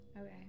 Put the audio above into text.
Okay